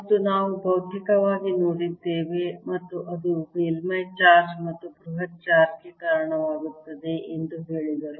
ಮತ್ತು ನಾವು ಬೌದ್ಧಿಕವಾಗಿ ನೋಡಿದ್ದೇವೆ ಮತ್ತು ಅದು ಮೇಲ್ಮೈ ಚಾರ್ಜ್ ಮತ್ತು ಬೃಹತ್ ಚಾರ್ಜ್ಗೆ ಕಾರಣವಾಗುತ್ತದೆ ಎಂದು ಹೇಳಿದರು